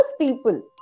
people